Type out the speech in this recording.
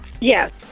Yes